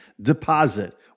deposit